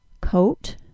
Coat